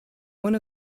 one